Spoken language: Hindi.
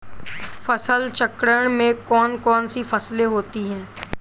फसल चक्रण में कौन कौन सी फसलें होती हैं?